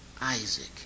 Isaac